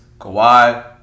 Kawhi